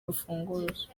rufunguzo